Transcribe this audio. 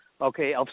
okay